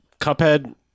Cuphead